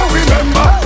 remember